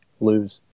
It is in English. Lose